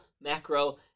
macro